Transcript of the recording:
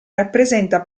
rappresenta